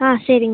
ஆ சரிங்க